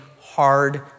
hard